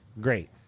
great